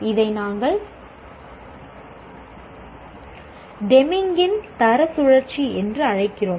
இதை நாங்கள் டெமிங்கின் தர சுழற்சி என்று அழைக்கிறோம்